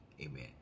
Amen